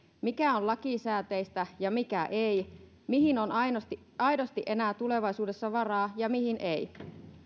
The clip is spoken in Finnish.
mikä on lakisääteistä ja mikä ei mihin on aidosti aidosti enää tulevaisuudessa varaa ja mihin ei